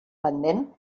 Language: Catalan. pendent